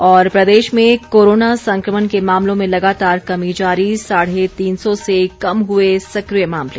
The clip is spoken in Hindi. और प्रदेश में कोरोना संक्रमण के मामलों में लगातार कमी जारी साढ़े तीन सौ से कम हुए सक्रिय मामले